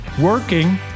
working